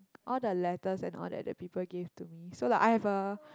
all the letters and all that that people gave to me so like I have a